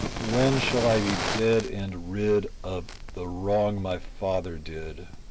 when shall i be dead and rid of the wrong my father did?